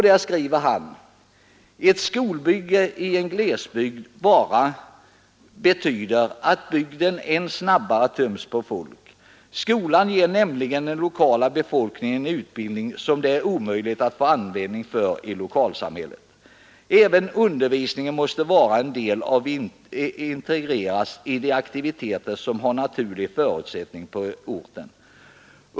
Där skriver han: ”ett skolbygge i en glesbygd bara att bygden än snabbare töms på folk. Skolan ger nämligen den lokala befolkningen en utbildning som det är omöjligt att få användning för i lokalsamhället. Även undervisningen måste vara en del av och integreras i de aktiviteter som har naturliga förutsättningar på orten.